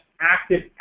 active